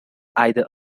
either